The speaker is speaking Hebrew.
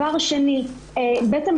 בעצם,